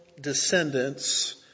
descendants